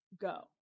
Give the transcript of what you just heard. go